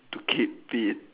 to keep fit